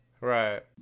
Right